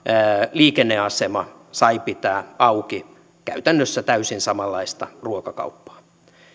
liikenneasema sai pitää auki käytännössä täysin samanlaista ruokakauppaa